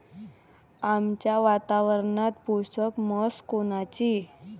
आमच्या वातावरनात पोषक म्हस कोनची?